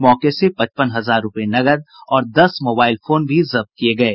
मौके से पचपन हजार रूपये नकद और दस मोबाईल फोन भी जब्त किये गये